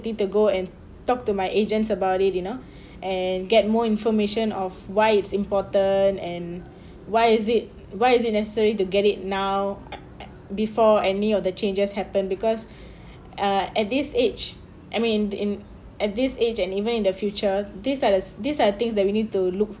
to go and talk to my agent about it you know and get more information of why it's important and why is it why is it necessary to get it now before any of the changes happened because uh at this age I mean in at this age and even in the future these are the these are things that we need to look